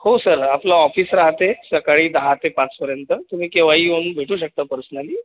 हो सर आपलं ऑफिस राहते सकाळी दहा ते पाचपर्यंत तुम्ही केव्हाही येऊन भेटू शकता पर्सनली